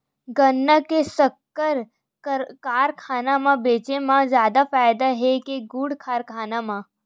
गन्ना ल शक्कर कारखाना म बेचे म जादा फ़ायदा हे के गुण कारखाना म?